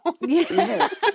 Yes